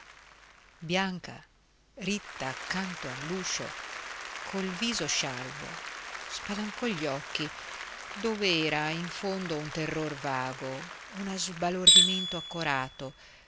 bianca ritta accanto all'uscio col viso scialbo spalancò gli occhi dove era in fondo un terror vago uno sbalordimento accorato